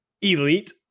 Elite